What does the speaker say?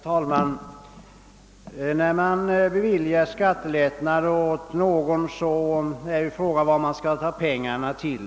Herr talman! När man inför skattelättnader blir det alltid fråga om var man skall ta pengarna.